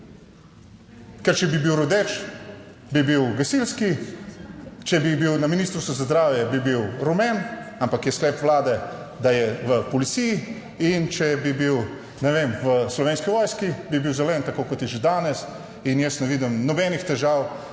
ker če bi bil rdeč, bi bil gasilski, če bi bil na Ministrstvu za zdravje, bi bil rumen, ampak je sklep Vlade, da je v policiji in če bi bil, ne vem, v Slovenski vojski, bi bil zelen, tako kot je že danes in jaz ne vidim nobenih težav,